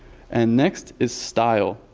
and next is style.